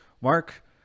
mark